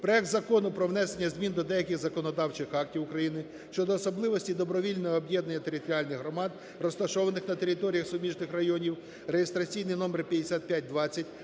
проект Закону про внесення змін до деяких законодавчих актів України щодо особливості добровільного об'єднання територіальних громад, розташованих на територіях суміжних районів (реєстраційний номер 5520),